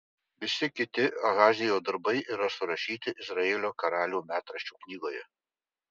visi kiti ahazijo darbai yra surašyti izraelio karalių metraščių knygoje